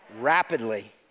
rapidly